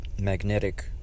magnetic